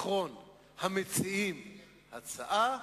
אחרון המציעים הצעה,